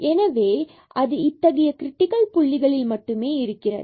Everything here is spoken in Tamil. எனவே அது இத்தகைய கிரிட்டிக்கல் புள்ளிகளில் மட்டுமே இருக்கிறது